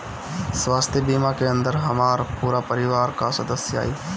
स्वास्थ्य बीमा के अंदर हमार पूरा परिवार का सदस्य आई?